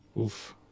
Oof